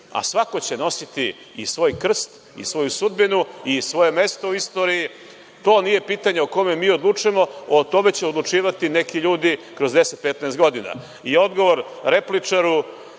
a svako će nositi i svoj krst i svoju sudbinu i svoje mesto u istoriji. To nije pitanje o kome mi odlučujemo. O tome će odlučivati neki ljudi kroz 10 ili 15 godina. Odgovor repličaru